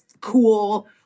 cool